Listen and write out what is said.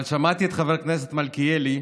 אבל שמעתי את חבר הכנסת מלכיאלי,